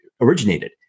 originated